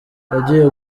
yagiye